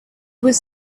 was